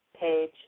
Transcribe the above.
page